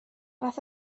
fath